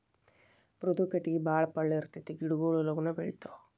ಮೃದು ಕಟಗಿ ಬಾಳ ಪಳ್ಳ ಇರತತಿ ಗಿಡಗೊಳು ಲಗುನ ಬೆಳಿತಾವ